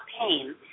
pain